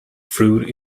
fruit